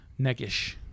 Neckish